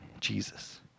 Jesus